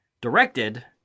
directed